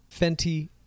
fenty